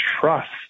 trust